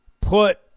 put